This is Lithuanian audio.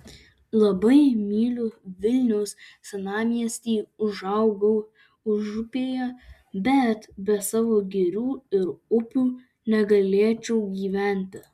labai myliu vilniaus senamiestį užaugau užupyje bet be savo girių ir upių negalėčiau gyventi